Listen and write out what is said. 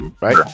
right